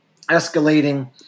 escalating